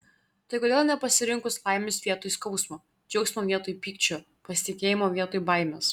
tai kodėl nepasirinkus laimės vietoj skausmo džiaugsmo vietoj pykčio pasitikėjimo vietoj baimės